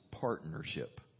partnership